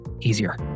easier